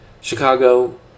Chicago